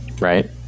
right